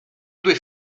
due